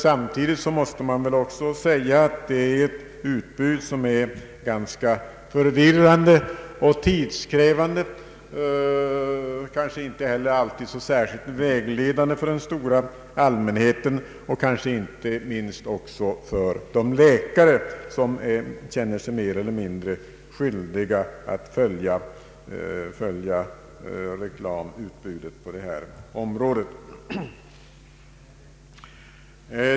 Samtidigt måste man säga att det är ganska förvirrande och tidskrävande att följa reklamen, kanske inte alltid heller så vägledande för den stora allmänheten och inte minst för de läkare som känner sig mer eller mindre skyldiga att följa raed reklamutbudet.